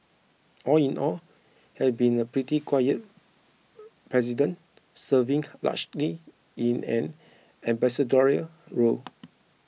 all in all had been a pretty quiet president serving largely in an ambassadorial role